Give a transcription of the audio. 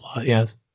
Yes